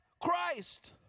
Christ